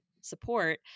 support